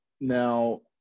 now